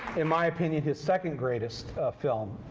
in my opinion his second greatest film.